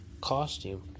costume